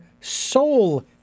soul